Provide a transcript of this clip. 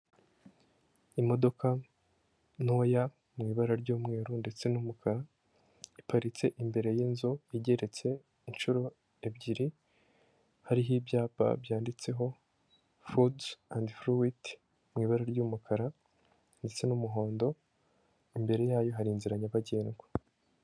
Imodoka ntoya mu ibara ry'umweru ndetse n'umukara, iparitse imbere y'inzu igeretse inshuro ebyiri, hariho ibyapa byanditseho fudu andi fruti mu ibara ry'umukara ndetse n'umuhondo, imbere yayo hari inzira nyabagendwa.